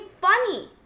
funny